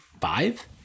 Five